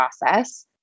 process